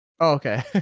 okay